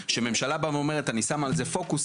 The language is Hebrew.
שממשלה באה ואומרת אני שמה על זה פוקוס,